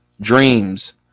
dreams